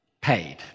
paid